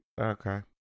okay